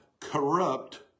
corrupt